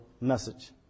message